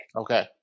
okay